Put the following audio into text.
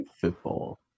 football